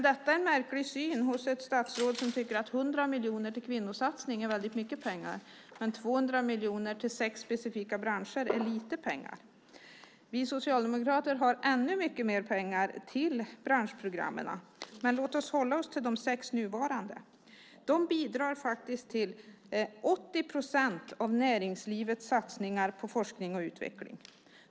Det är en märklig syn hos ett statsråd som tycker att 100 miljoner till kvinnosatsningar är väldigt mycket pengar medan 200 miljoner till sex specifika branscher är lite pengar. Vi socialdemokrater har ännu mer pengar till branschprogrammen. Men låt oss hålla oss till de sex nuvarande. De bidrar till 80 procent av näringslivets satsningar på forskning och utveckling.